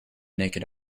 naked